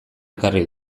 ekarri